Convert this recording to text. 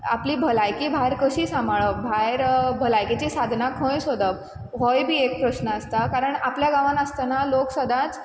आपली भलायकी भायर कशी सामाळप भायर भलायकेचीं सादनां खंय सोदप होय बी एक प्रश्ण आसता कारण आपल्या गांवान आसतना लोक सदांच